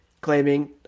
claiming